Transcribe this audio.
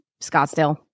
Scottsdale